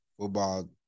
Football